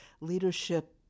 leadership